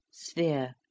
sphere